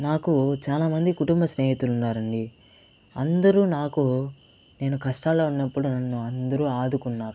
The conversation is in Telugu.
నాకు చాలా మంది కుటుంబ స్నేహితులు ఉన్నారు అండి అందరూ నాకు నేను కష్టాల్లో ఉన్నప్పుడు నన్ను అందరూ ఆదుకున్నారు